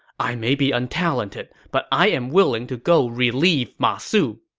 i may be untalented, but i am willing to go relieve ma su.